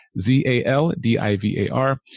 Z-A-L-D-I-V-A-R